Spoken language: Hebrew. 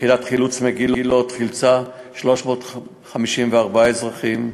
יחידת חילוץ מגילות חילצה 354 אזרחים.